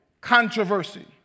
controversy